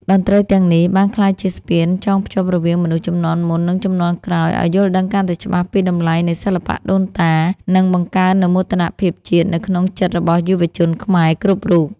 តន្ត្រីទាំងនេះបានក្លាយជាស្ពានចងភ្ជាប់រវាងមនុស្សជំនាន់មុន និងជំនាន់ក្រោយ ឱ្យយល់ដឹងកាន់តែច្បាស់ពីតម្លៃនៃសិល្បៈដូនតា និងបង្កើននូវមោទនភាពជាតិនៅក្នុងចិត្តរបស់យុវជនខ្មែរគ្រប់រូប។